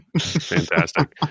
fantastic